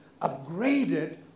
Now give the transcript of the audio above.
upgraded